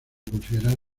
considerar